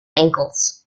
ankles